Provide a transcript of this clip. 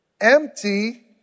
empty